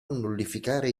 nullificare